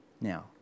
Now